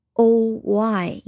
oy